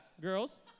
Girls